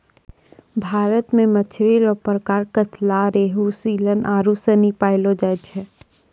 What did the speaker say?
भारत मे मछली रो प्रकार कतला, रेहू, सीलन आरु सनी पैयलो जाय छै